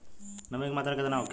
नमी के मात्रा केतना होखे?